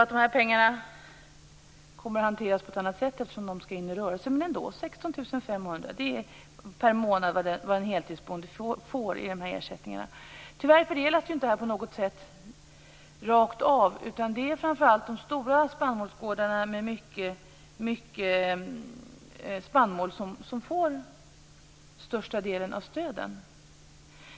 Men de här pengarna kommer ju att hanteras på ett annat sätt, eftersom de skall in i rörelsen. Tyvärr fördelas inte stöden rakt av, utan det är framför allt de stora spannmålsgårdarna, med mycket spannmål, som får den största delen av stöden.